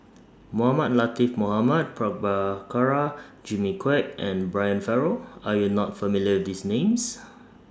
Mohamed Latiff Mohamed Prabhakara Jimmy Quek and Brian Farrell Are YOU not familiar These Names